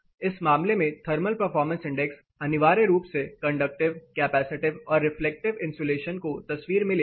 इस मामले में थर्मल परफारमेंस इंडेक्स अनिवार्य रूप से कंडक्टिव कैपेसिटिव और रिफ्लेक्टिव इन्सुलेशन को तस्वीर में लेता है